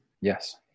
yes